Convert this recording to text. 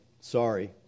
Sorry